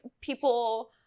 people